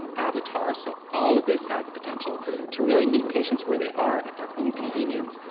avatars, so all of this has the potential to really meet patients where they are, at their own convenience,